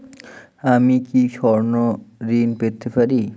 আমি কি স্বর্ণ ঋণ পেতে পারি?